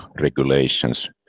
regulations